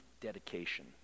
dedication